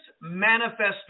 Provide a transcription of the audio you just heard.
manifesto